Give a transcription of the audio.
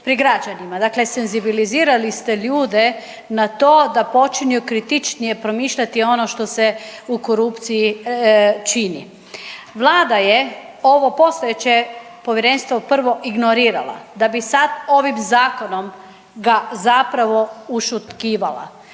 dakle senzibilizirali ste ljude na to da počinju kritičnije promišljati ono što se u korupciji čini. Vlada je ovo postojeće Povjerenstvo prvo ignorirala da bi sad ovim Zakonom ga zapravo ušutkivala